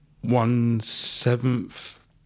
one-seventh